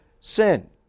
sin